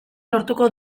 lortuko